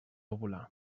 volar